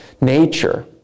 nature